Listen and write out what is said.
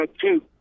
Two